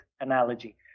analogy